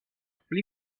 pli